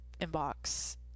inbox